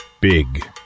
Big